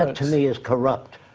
um to me, is corrupt.